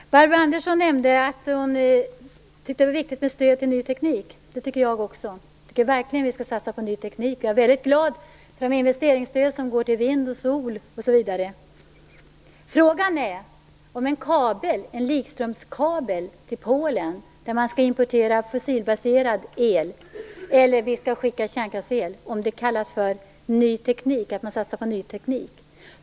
Fru talman! Barbro Andersson nämnde att hon tycker att det är viktigt med stöd till ny teknik. Det tycker jag också. Jag tycker verkligen att vi skall satsa på ny teknik, och jag är väldigt glad för de investeringsstöd som går till vind, sol osv. Frågan är om en likströmskabel till Polen, där man skall importera fossilbaserad el eller där vi skall skicka kärnkrafts-el, skall kallas för att satsa på ny teknik.